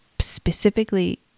specifically